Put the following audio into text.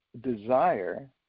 desire